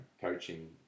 coaching